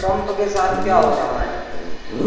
Trump کے ساتھ کیا ہو رہا ہے